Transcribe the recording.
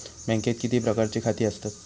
बँकेत किती प्रकारची खाती आसतात?